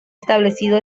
establecido